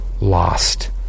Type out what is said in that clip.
lost